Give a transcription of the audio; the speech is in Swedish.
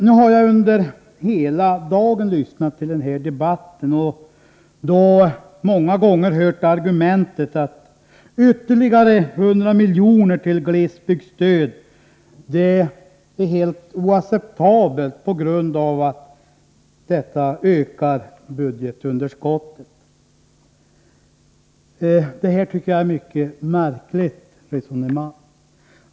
Nu har jag under hela dagen lyssnat till den här debatten och många gånger hört argumentet att ytterligare 100 miljoner till glesbygdsstöd är helt oacceptabelt på grund av att det ökar budgetunderskottet. Detta tycker jag är ett mycket märkligt resonemang.